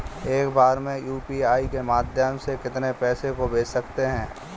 एक बार में यू.पी.आई के माध्यम से कितने पैसे को भेज सकते हैं?